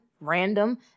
random